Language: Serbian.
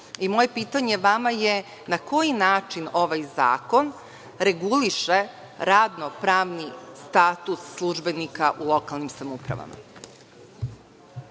i moje pitanje vama je na koji način ovaj zakon reguliše radno-pravni status službenika u lokalnim samoupravama?